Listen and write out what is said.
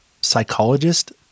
psychologist